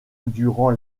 durant